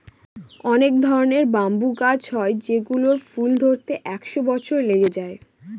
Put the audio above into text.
অনেক ধরনের ব্যাম্বু গাছ হয় যেগুলোর ফুল ধরতে একশো বছর লেগে যায়